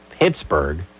Pittsburgh